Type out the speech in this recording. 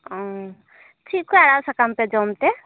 ᱳᱸᱢ ᱪᱮᱫ ᱠᱚ ᱟᱲᱟᱜ ᱥᱟᱠᱟᱢᱯᱮ ᱡᱚᱢᱛᱮ